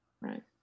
right